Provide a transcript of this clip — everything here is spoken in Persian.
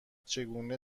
چگونه